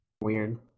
weird